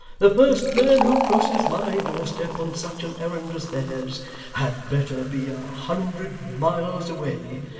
the first man who crosses my doorstep on such an errand as theirs, had better be a hundred miles away.